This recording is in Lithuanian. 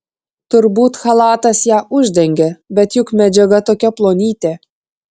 turbūt chalatas ją uždengė bet juk medžiaga tokia plonytė